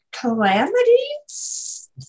Calamities